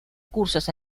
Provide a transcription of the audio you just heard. cursos